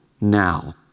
now